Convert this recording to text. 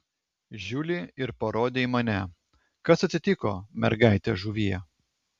žiuli ir parodė į mane kas atsitiko mergaite žuvie